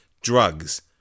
drugs